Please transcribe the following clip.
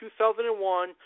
2001